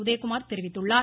உதயகுமார் தெரிவித்துள்ளார்